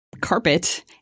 carpet